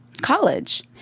college